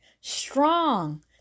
strong